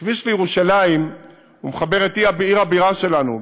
הכביש לירושלים מחבר את עיר הבירה שלנו,